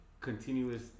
continuous